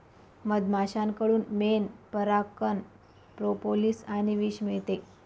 मधमाश्यांकडून मेण, परागकण, प्रोपोलिस आणि विष मिळते